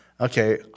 okay